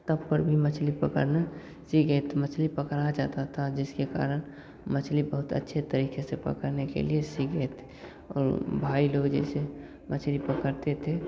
तट पर भी मछली पकड़ना सीखे थे मछली पकड़ा जाता था जिसके कारण मछली बहुत अच्छे तरीके से पकड़ने के लिए सीख लिए थे और भाई लोग जैसे मछली पकड़ते थे